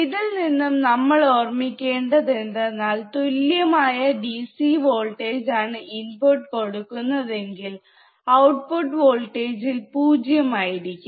ഇതിൽ നിന്നും നമ്മൾ ഓർമ്മിക്കേണ്ടത് എന്തെന്നാൽ തുല്യമായ ഡിസി വോൾട്ടേജ് ആണ് ഇൻപുട്ട് കൊടുക്കുന്നതെങ്കിൽ ഔട്ട്പുട്ട് വോൾട്ടേജിൽ പൂജ്യമായിരിക്കും